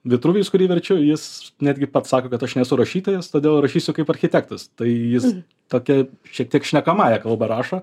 vitruvijus kurį verčiu jis netgi pats sako kad aš nesu rašytojas todėl rašysiu kaip architektas tai jis tokia šiek tiek šnekamąja kalba rašo